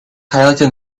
highlighting